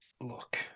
look